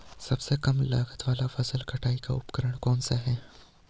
सबसे कम लागत वाला फसल कटाई का उपकरण कौन सा है?